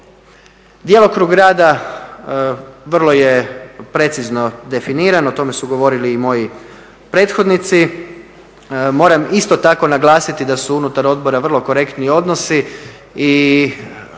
Djelokrug rada vrlo je precizno definiran, o tome su govorili i moji prethodnici. Moram isto tako naglasiti da su unutar odbora vrlo korektni odnosi i